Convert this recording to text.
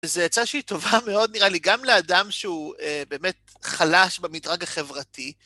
זה יצא שהיא טובה מאוד, נראה לי, גם לאדם שהוא באמת חלש במדרג החברתי.